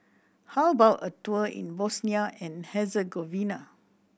how about a tour in Bosnia and Herzegovina